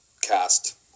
cast